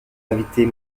invités